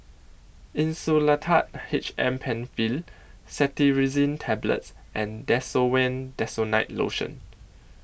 Insulatard H M PenFill Cetirizine Tablets and Desowen Desonide Lotion